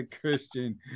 Christian